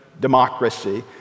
democracy